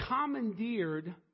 commandeered